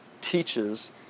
teaches